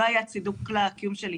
לא היה צידוק לקיום שלי.